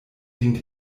dient